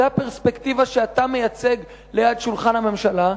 זו הפרספקטיבה שאתה מייצג ליד שולחן הממשלה,